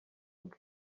bwe